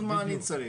אז מה אני צריך?